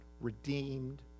redeemed